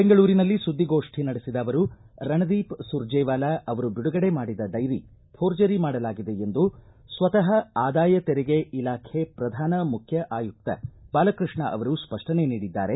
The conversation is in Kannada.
ಬೆಂಗಳೂರಿನಲ್ಲಿ ಸುದ್ದಿಗೋಷ್ಠಿ ನಡೆಸಿದ ಅವರು ರಣದೀಪ ಸುರ್ಜೇವಾಲಾ ಅವರು ಬಿಡುಗಡೆ ಮಾಡಿದ ಡೈರಿ ಪೋರ್ಜರಿ ಮಾಡಲಾಗಿದೆ ಎಂದು ಸ್ವತಹ ಆದಾಯ ತೆರಿಗೆ ಇಲಾಖೆ ಪ್ರಧಾನ ಮುಖ್ಯ ಆಯುಕ್ತ ಬಾಲಕೃಷ್ಣ ಅವರು ಸ್ವಷ್ಣನೆ ನೀಡಿದ್ದಾರೆ